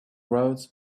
words